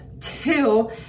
Two